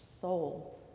soul